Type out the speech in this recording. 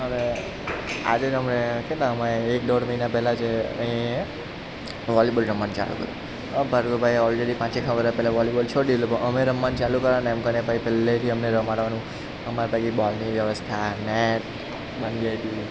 અવે આજે જ અમે કેટલા અમે એક દોઢ મહિના પહેલાં જ અહીં એ વોલીબોલ રમવાનું ચાલુ કર્યું હવે ભાર્ગવભાઈ ઓલ રેડી પાંચ એક વરસ પહેલાં વોલીબોલ છોડી દીધેલું પણ અમે રમવાનું ચાલું કરવાના એમ કરીને ભાઈ પહેલેથી અમને રમાડવાનું અમારી પાસે બોલની વ્યવસ્થા નેટ બાંધી આપી